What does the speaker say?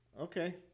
okay